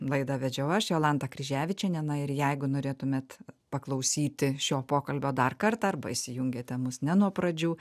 laidą vedžiau aš jolanta kryževičienė na ir jeigu norėtumėt paklausyti šio pokalbio dar kartą arba įsijungėte mus ne nuo pradžių